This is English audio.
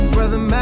Brother